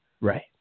Right